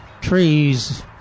trees